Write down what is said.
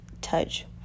touch